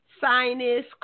sinus